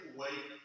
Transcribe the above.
wait